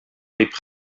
les